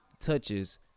touches